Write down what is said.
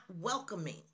welcoming